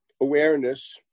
awareness